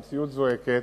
המציאות זועקת,